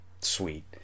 Sweet